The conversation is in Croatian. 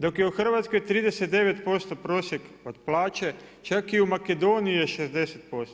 Dok je u Hrvatskoj 39% prosjek od plaće, čak je u Makedoniji 60%